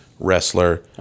Wrestler